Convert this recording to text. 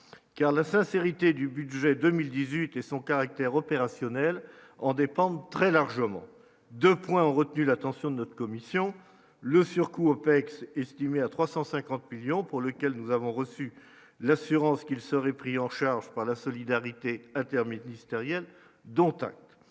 car la sincérité du budget 2018 et son caractère opérationnel en dépendent très largement de points ont retenu l'attention de notre commission le surcoût OPEX, estimée à 350 millions pour lequel nous avons reçu l'assurance qu'ils seraient pris en charge par la solidarité inter- ministériel, dont acte,